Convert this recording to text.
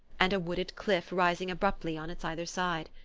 and a wooded cliff rising abruptly on its other side.